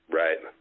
right